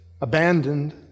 abandoned